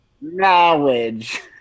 knowledge